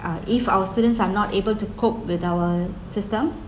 uh if our students are not able to cope with our system